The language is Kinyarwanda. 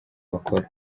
bakora